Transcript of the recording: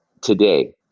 today